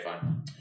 fine